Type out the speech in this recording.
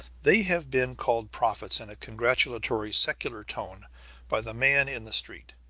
they have been called prophets in a congratulatory secular tone by the man in the street.